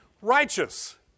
righteous